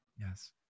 Yes